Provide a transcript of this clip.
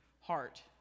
heart